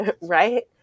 right